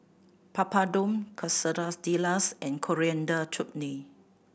Papadum Quesadillas and Coriander Chutney